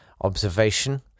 observation